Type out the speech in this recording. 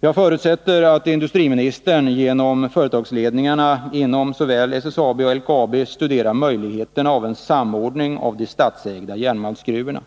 Jag förutsätter att industriministern genom företagsledningarna inom såväl SSAB som LKAB studerar möjligheterna av en samordning av de statsägda järnmalmsgruvorna.